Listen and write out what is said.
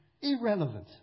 irrelevant